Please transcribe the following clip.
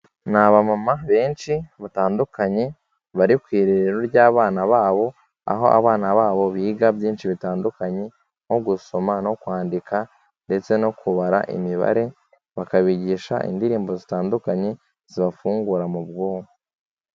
Ni abamama benshi batandukanye bari ku irerero ry'abana babo, aho abana babo biga byinshi bitandukanye nko gusoma no kwandika, ndetse no kubara imibare, bakabigisha indirimbo zitandukanye zibafungura mu bwonko.